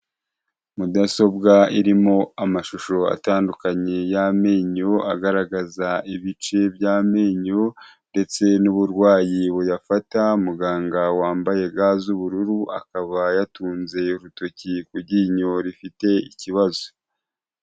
Mudasobwa irimo amashusho atandukanye y'amenyo agaragaza ibice by'amenyo ndetse n'uburwayi buyafata muganga wambaye ga z'ubururu akaba yatunze urutoki ku ryinyo rifite ikibazo.